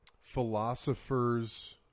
philosophers